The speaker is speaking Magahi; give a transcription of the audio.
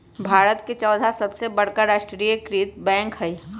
भारत के चौथा सबसे बड़का राष्ट्रीय कृत बैंक हइ